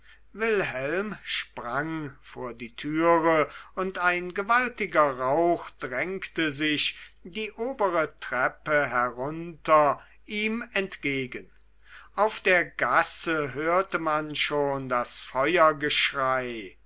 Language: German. wilhelm sprang vor die türe und ein gewaltiger rauch drängte sich die obere treppe herunter ihm entgegen auf der gasse hörte man schon das